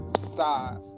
side